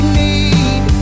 need